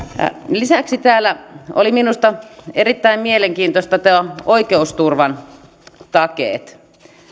lisäksi täällä minusta erittäin mielenkiintoista oli oikeusturvan takeet